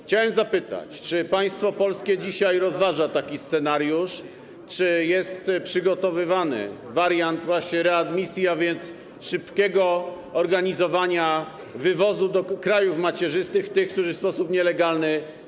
Chciałem zapytać, czy państwo polskie dzisiaj rozważa taki scenariusz, czy jest przygotowywany wariant readmisji, a więc szybkiego organizowania wywozu do krajów macierzystych tych, którzy przybyli tu w sposób nielegalny.